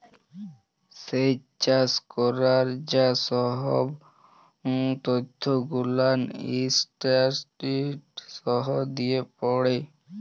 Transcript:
স্যেচ চাষ ক্যরার যা সহব ত্যথ গুলান ইসট্যাটিসটিকস দিয়ে পড়ে